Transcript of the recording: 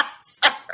Sorry